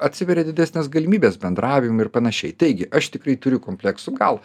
atsiveria didesnės galimybės bendravimui ir panašiai taigi aš tikrai turiu kompleksų gal